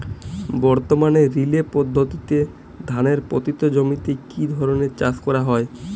বর্তমানে রিলে পদ্ধতিতে ধানের পতিত জমিতে কী ধরনের চাষ করা হয়?